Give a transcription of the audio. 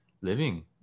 living